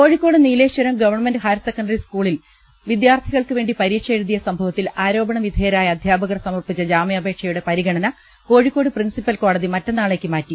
കോഴിക്കോട് നീലേശ്വരം ഗവ ഹയർസെക്കൻഡറി സ്കൂളിൽ വിദ്യാർഥികൾക്ക് വേണ്ടി പരീക്ഷ എഴുതിയ സംഭവത്തിൽ ആരോപണവിധേയരായ അധ്യാപകർ സമർപ്പിച്ച ജാമ്യപേക്ഷ പരിഗണന കോഴിക്കോട് പ്രിൻസിപ്പൽ കോടതി മറ്റന്നാളേക്ക് മാറ്റി